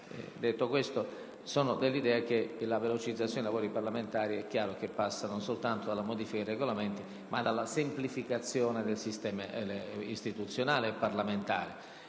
Detto questo, sono dell'idea che la velocizzazione dei lavori parlamentari passi non soltanto dalla modifica dei Regolamenti, ma dalla semplificazione del sistema istituzionale e parlamentare.